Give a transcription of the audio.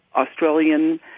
Australian